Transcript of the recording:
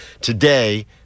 today